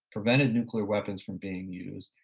prevented nuclear weapons from being used,